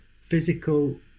physical